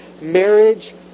marriage